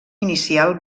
inicial